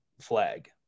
flag